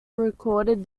recorded